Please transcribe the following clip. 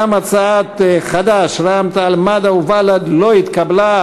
גם הצעת חד"ש, רע"ם-תע"ל-מד"ע ובל"ד לא התקבלה.